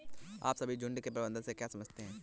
आप सभी झुंड के प्रबंधन से क्या समझते हैं?